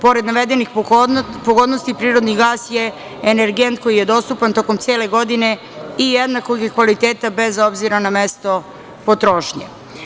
Pored navedenih pogodnosti, prirodni gas je energent koji je dostupan tokom cele godine i jednakog je kvaliteta, bez obzira na mesto potrošnje.